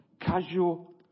casual